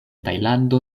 tajlando